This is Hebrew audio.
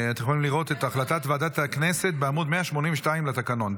אתם יכולים לראות את החלטת ועדת הכנסת בעמ' 182 לתקנון.